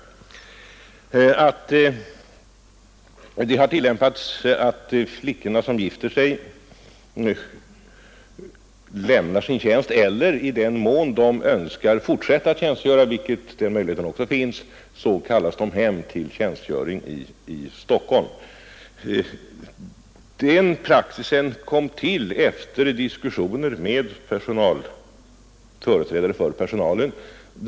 Den praxis som har tillämpats, innebärande att de flickor som gifter sig antingen lämnar sin tjänst eller i den mån de önskar fortsätta — den möjligheten finns också — kallas hem till tjänstgöring i Stockholm, tillkom efter diskussioner med företrädare för personalen.